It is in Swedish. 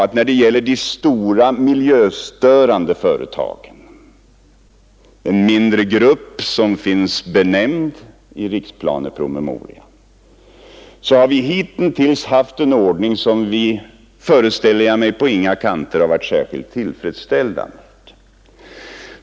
Vad beträffar de stora miljöstörande företagen — en mindre grupp som finns omnämnd i riksplanepromemorian — har vi hitintills haft en ordning som vi, föreställer jag mig, inte på någon kant har varit särskilt tillfredsställda med.